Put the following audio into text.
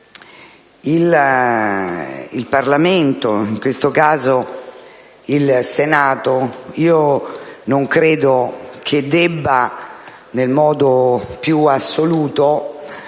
il Parlamento, in questo caso il Senato, non credo debba nel modo più assoluto